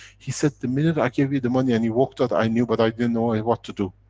he said, the minute i gave you the money and you walked out, i knew but i didn't know it, what to do.